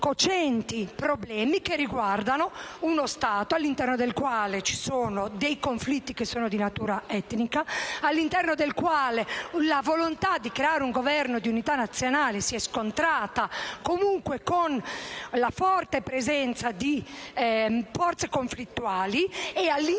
problemi che riguardano uno Stato all'interno del quale vi sono dei conflitti di natura etnica, dove la volontà di creare un Governo di unità nazionale si è scontrata comunque con la forte presenza di forze conflittuali e nel